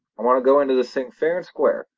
i want to go into this thing fair and square,